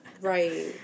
Right